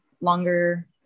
longer